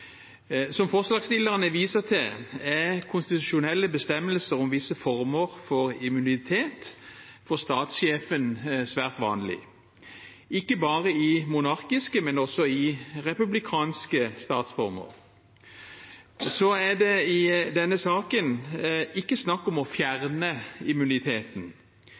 Som forslagsstillerne viser til, er konstitusjonelle bestemmelser om visse former for immunitet for statssjefen svært vanlig, ikke bare i monarkiske, men også i republikanske statsformer. Det er i denne saken ikke snakk om å fjerne